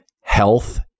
Health